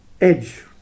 edge